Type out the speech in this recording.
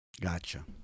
Gotcha